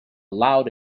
loud